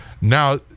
Now